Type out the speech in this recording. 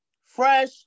fresh